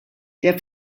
der